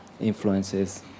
influences